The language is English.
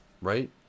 right